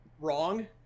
Wrong